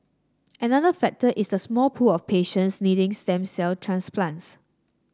another factor is the small pool of patients needing stem cell transplants